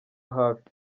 hafi